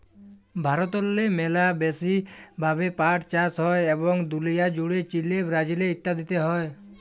ভারতেল্লে ম্যালা ব্যাশি ভাবে পাট চাষ হ্যয় এবং দুলিয়া জ্যুড়ে চিলে, ব্রাজিল ইত্যাদিতে হ্যয়